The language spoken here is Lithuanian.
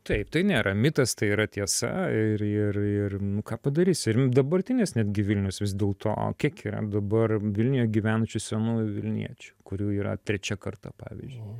taip tai nėra mitas tai yra tiesa ir ir nu ką padarysi ir dabartinis netgi vilniaus vis dėlto kiek yra dabar vilniuje gyvenančių senųjų vilniečių kurių yra trečia karta pavyzdžiui